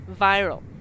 viral